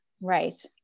Right